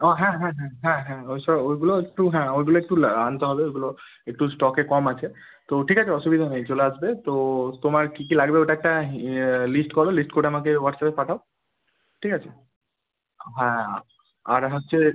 ও হ্যাঁ হ্যাঁ হ্যাঁ হ্যাঁ হ্যাঁ ওই সব ওইগুলো একটু হ্যাঁ ওইগুলো একটু লা আনতে হবে ওইগুলো একটু স্টকে কম আছে তো ঠিক আছে অসুবিধা নেই চলে আসবে তো তোমার কী কী লাগবে ওটা একটা লিস্ট করো লিস্ট করে আমাকে হোয়াটসঅ্যাপে পাঠাও ঠিক আছে হ্যাঁ আর হচ্ছে